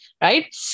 right